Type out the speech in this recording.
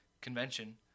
convention